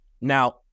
Now